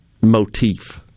motif